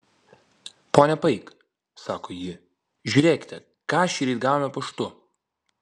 ponia paik sako ji žiūrėkite ką šįryt gavome paštu